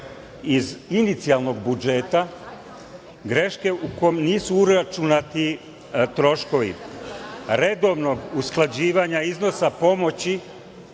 iz inicijalnog budžeta, greške u kojima nisu uračunati troškovi redovnog usklađivanja iznosa pomoći